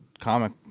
comic